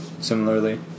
similarly